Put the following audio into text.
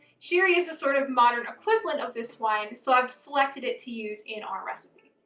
sherry is a sort of modern equivalent of this wine, so i've selected it to use in our recipe.